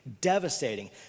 devastating